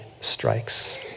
strikes